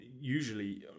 usually